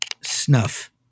Snuff